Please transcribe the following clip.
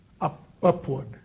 upward